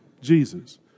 Jesus